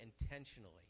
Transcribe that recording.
intentionally